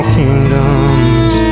kingdoms